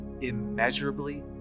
immeasurably